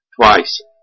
twice